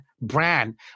brand